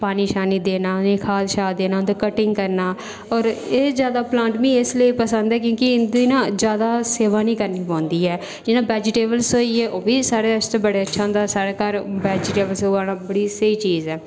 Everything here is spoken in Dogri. पानी शानी देना उनेंगी खाद शाद पाना देना ते कटिंग करना होर एह् जादा प्लांट मिगी इसलेई पसंद ऐ की इंदी ना जादै सेवा निं करनी पौंदी ऐ जियां वेजीटेबल्स होई गे ओह् बी साढ़े आस्तै अच्छा होंदा साढ़े घर वेजीटेबल होऐ ना बड़ी स्हेई चीज़ ऐ